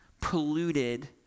polluted